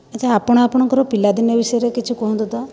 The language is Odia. ଆଚ୍ଛା ଆପଣ ଆପଣଙ୍କର ପିଲାଦିନ ବିଷୟରେ କିଛି କୁହନ୍ତୁ ତ